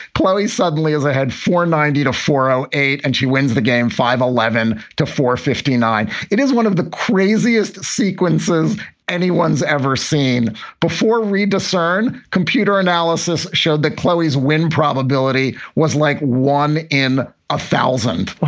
suddenly, as i had for ninety to four zero eight and she wins the game five eleven to four fifty nine. it is one of the craziest sequences anyone's ever seen before read. the cern computer analysis showed that chloe's win probability was like one in a thousand.